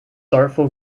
artful